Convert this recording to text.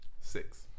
Six